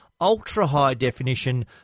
ultra-high-definition